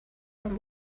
from